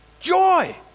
Joy